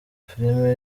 filime